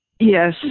Yes